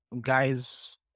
guys